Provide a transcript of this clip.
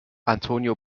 antonio